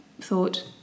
thought